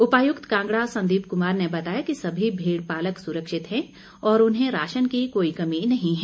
उपायुक्त कांगड़ा संदीप कुमार ने बताया कि सभी भेड़ पालक सुरक्षित है और उन्हें राशन की कोई कमी नहीं है